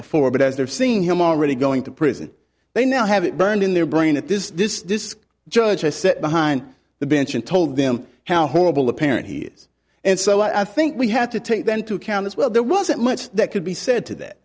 before but as they're seeing him already going to prison they now have it burned in their brain at this this this church i set behind the bench and told them how horrible a parent he is and so i think we had to take that into account as well there wasn't much that could be said to that